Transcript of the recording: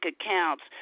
accounts